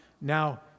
Now